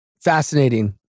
Fascinating